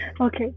Okay